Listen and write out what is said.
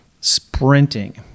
sprinting